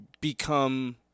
become